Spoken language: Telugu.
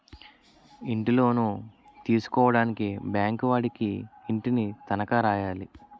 ఇంటిలోను తీసుకోవడానికి బ్యాంకు వాడికి ఇంటిని తనఖా రాయాలి